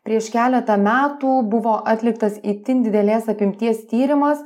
prieš keletą metų buvo atliktas itin didelės apimties tyrimas